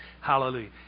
Hallelujah